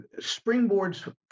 springboards